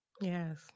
Yes